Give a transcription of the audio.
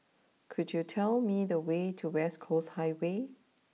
could you tell me the way to West Coast Highway